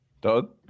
Doug